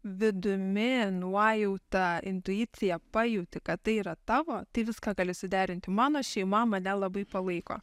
vidumi nuojauta intuicija pajauti kad tai yra tavo tai viską gali suderinti mano šeima mane labai palaiko